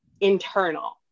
internal